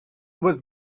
was